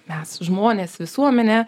mes žmonės visuomenė